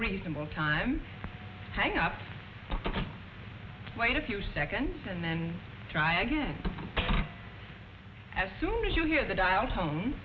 reasonable time hang up wait a few seconds and then try again as soon as you hear the dial tone